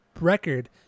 record